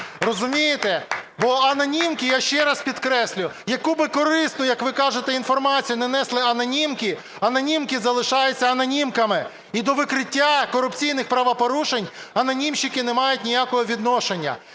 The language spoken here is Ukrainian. Розумієте? Бо анонімки, я ще раз підкреслюю, яку б корисну, як ви кажете, інформацію не несли анонімки, анонімки залишаються анонімками. І до викриття корупційних правопорушень анонімщики не мають ніякого відношення.